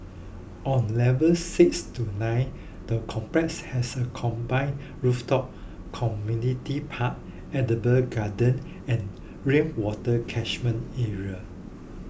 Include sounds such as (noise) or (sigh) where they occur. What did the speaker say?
(noise) on levels six to nine the complex has a combined rooftop community park edible garden and rainwater catchment area